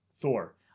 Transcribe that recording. Thor